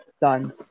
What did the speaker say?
done